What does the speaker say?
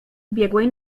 ubiegłej